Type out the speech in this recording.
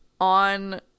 on